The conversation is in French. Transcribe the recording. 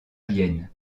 vienne